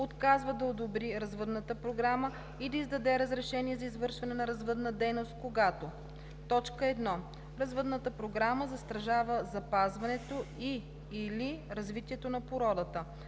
отказва да одобри развъдната програма и да издаде разрешение за извършване на развъдна дейност, когато: 1. развъдната програма застрашава запазването и/или развитието на породата;